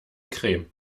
creme